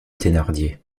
thénardier